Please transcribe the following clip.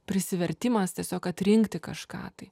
prisivertimas tiesiog atrinkti kažką tai